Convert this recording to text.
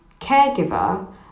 caregiver